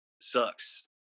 sucks